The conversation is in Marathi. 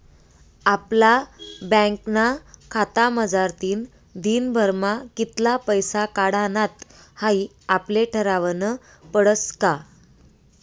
आपला बँकना खातामझारतीन दिनभरमा कित्ला पैसा काढानात हाई आपले ठरावनं पडस का